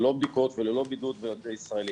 ללא בדיקות וללא בידוד לישראלים.